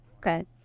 Okay